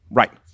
right